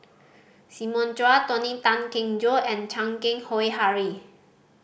Simon Chua Tony Tan Keng Joo and Chan Keng Howe Harry